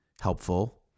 helpful